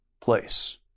place